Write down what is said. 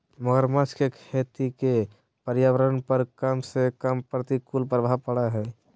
मगरमच्छ के खेती के पर्यावरण पर कम से कम प्रतिकूल प्रभाव पड़य हइ